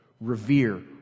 Revere